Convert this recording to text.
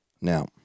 Now